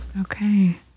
Okay